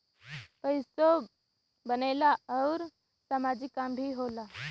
पइसो बनेला आउर सामाजिक काम भी होला